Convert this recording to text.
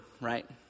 right